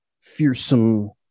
fearsome